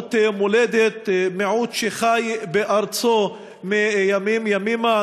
מיעוט מולדת, מיעוט שחי בארצו מימים-ימימה.